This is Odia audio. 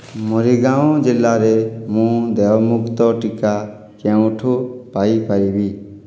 ମରିଗାଓଁ ଜିଲ୍ଲାରେ ମୁଁ ଦେୟମୁକ୍ତ ଟିକା କେଉଁଠାରୁ ପାଇପାରିବି